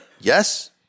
Yes